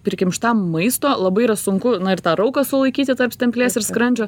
prikimštam maisto labai yra sunku na ir tą rauką sulaikyti tarp stemplės ir skrandžio